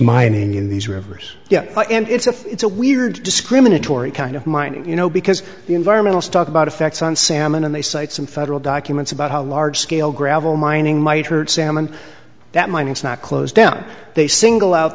mining in these rivers and it's a it's a weird discriminatory kind of mining you know because the environmental stuff about effects on salmon and they cite some federal documents about how large scale gravel mining might hurt salmon that mining is not closed down they single out